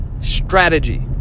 strategy